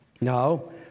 No